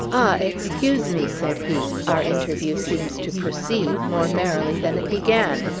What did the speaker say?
ah, excuse me! said he. our interview seems to proceed more merrily than it began.